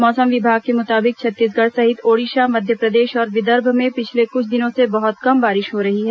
मौसम विभाग के मुताबिक छत्तीसगढ़ सहित ओडिशा मध्यप्रदेश और विदर्भ में पिछले कुछ दिनों से बहुत कम बारिश हो रही है